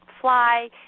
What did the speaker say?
fly